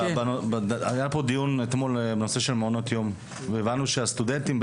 היה פה דיון אתמול בנושא של מעונות יום והבנו שהסטודנטים,